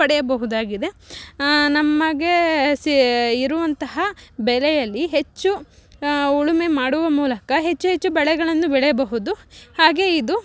ಪಡೆಯಬಹುದಾಗಿದೆ ನಮಗೆ ಸೇ ಇರುವಂತಹ ಬೆಲೆಯಲ್ಲಿ ಹೆಚ್ಚು ಉಳುಮೆ ಮಾಡುವ ಮೂಲಕ ಹೆಚ್ಚು ಹೆಚ್ಚು ಬೆಳೆಗಳನ್ನು ಬೆಳೆಯಬಹುದು ಹಾಗೇ ಇದು